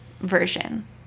version